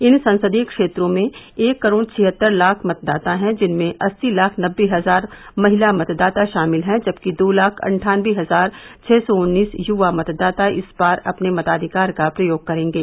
इन संसदीय क्षेत्रों में एक करोड़ छियत्तर लाख मतदाता है जिनमें अस्सी लाख नबे हजार महिला मतदाता शामिल हैं जबकि दो लाख अट्ठान्नबे हजार छह सौ उन्नीस युवा मतदाता इस बार अपने मताधिकार का प्रयोग करेंगे